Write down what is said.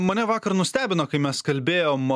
mane vakar nustebino kai mes kalbėjom